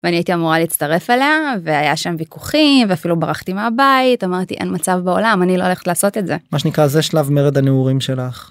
ואני הייתי אמורה להצטרף אליה, והיה שם ויכוחים ואפילו ברחתי מהבית, אמרתי אין מצב בעולם אני לא הולכת לעשות את זה. מה שנקרא זה שלב מרד הנעורים שלך.